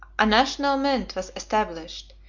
a national mint was established,